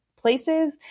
places